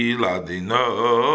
ladino